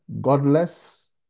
godless